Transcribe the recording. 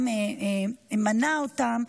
גם מנה אותם,